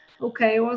Okay